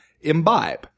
imbibe